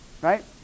Right